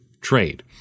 trade